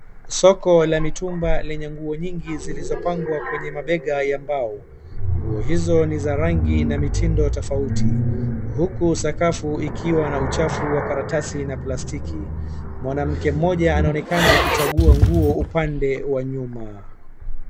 Soko la mitumba lenye nguo nyingi zilizopangwa kwenye mabega ya mbao. Nguo hizo ni za rangii na mitindo tofauti. Huku sakafu ikiwa na uchafu wa karatasi za palstiki. Mwanamke mmoja anaonekana akichagua nguo upande wa nyuma.